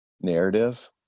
narrative